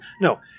no